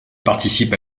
participe